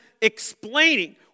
explaining